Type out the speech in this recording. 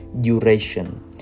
duration